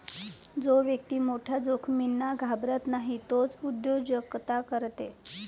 जो व्यक्ती मोठ्या जोखमींना घाबरत नाही तोच उद्योजकता करते